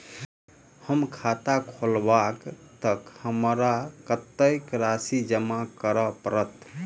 हम खाता खोलेबै तऽ हमरा कत्तेक राशि जमा करऽ पड़त?